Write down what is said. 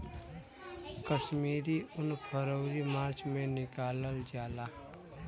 कश्मीरी उन फरवरी मार्च में निकालल जाला